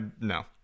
no